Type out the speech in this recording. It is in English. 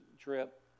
trip